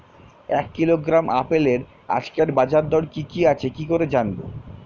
এক কিলোগ্রাম আপেলের আজকের বাজার দর কি কি আছে কি করে জানবো?